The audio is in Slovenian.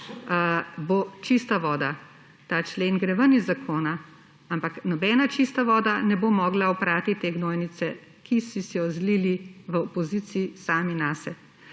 bo čista voda. Ta člen gre ven iz zakona, ampak nobena čista voda ne bo mogla oprati te gnojnice, ki so jo zlili v opoziciji sami nase.